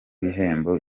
bihembo